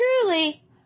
truly